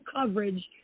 coverage